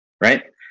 right